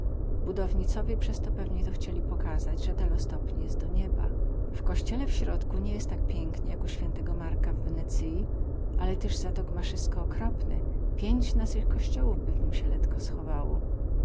budownicowie przez to pewnie to chcieli pokazać ze telo stopni jest do nieba w kościele w środku nie jest tak pieknie jak u świętego marka w wenecyi ale tyz za to gmasysko okropne pięć naskich kościołów w nim by sie letko schowało